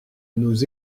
nous